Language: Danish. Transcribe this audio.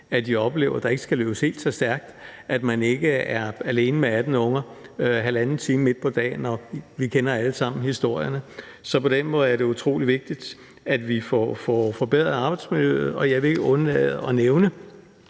oplever, at der ikke skal løbes helt så stærkt, at man ikke er alene med 18 unger halvanden time midt på dagen – og vi kender alle sammen historierne. Så på den måde er det utrolig vigtigt, at vi får forbedret arbejdsmiljøet, og jeg vil ikke undlade at nævne,